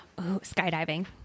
Skydiving